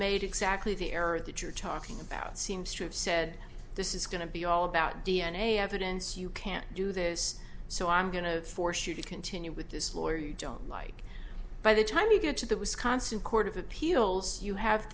made exactly the error that you're talking about seems to have said this is going to be all about d n a evidence you can't do this so i'm going to force you to continue with this lawyer you don't like by the time you get to the wisconsin court of appeals you have